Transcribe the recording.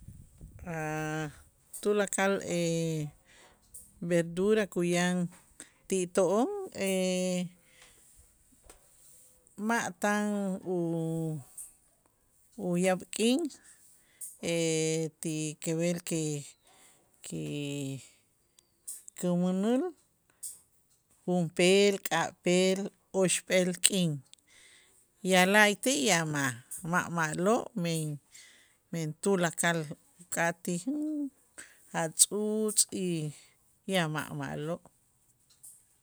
A' tulakal verdura kuyaan ti to'on ma' tan u- uyaab' k'in ti kib'el ki- ki- kumänäl junp'eel, ka'p'eel, oxp'eel k'in ya la'ayti' ya ma' ma' ma'lo' men men tulakal uk'atij a' tzuutz y ya ma' ma'lo'.